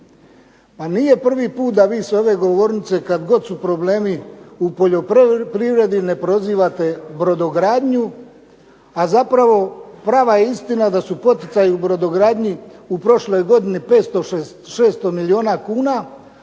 a nije prvi put da vi s ove govornice kad god su problemi u poljoprivredi ne prozivate brodogradnju, a zapravo prava je istina da su poticaji u brodogradnji u prošloj godini 600 milijuna kuna,